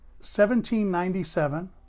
1797